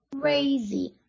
Crazy